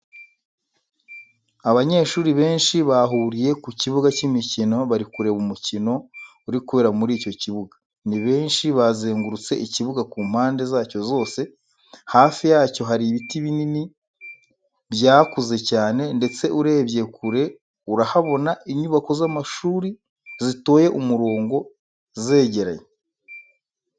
Abanyeshuri benshi bahuriye ku kibuga cy'imikino bari kureba umukino uri kubera muri icyo kibuga, ni benshi bazengurutse ikibuga ku mpande zacyo zose, hafi yacyo hari ibiti binini byakuze cyane ndetse urebye kure urahabona inyubako z'amashuri zitoye umurongo zegeranye.